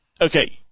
Okay